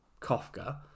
Kafka